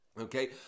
Okay